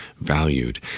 valued